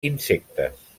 insectes